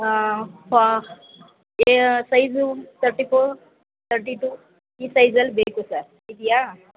ಹಾಂ ಫಾ A size thirty four thirty two ಈ ಸೈಜಲ್ಲಿ ಬೇಕು ಸರ್ ಇದೆಯಾ